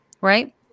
right